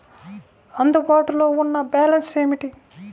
అందుబాటులో ఉన్న బ్యాలన్స్ ఏమిటీ?